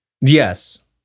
Yes